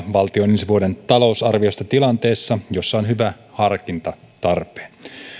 valtion ensi vuoden talousarviosta tilanteessa jossa on hyvä harkinta tarpeen